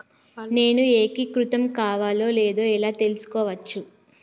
నేను ఏకీకృతం కావాలో లేదో ఎలా తెలుసుకోవచ్చు?